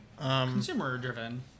Consumer-driven